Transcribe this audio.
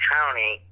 County